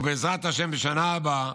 ובעזרתם השם, בשנה הבאה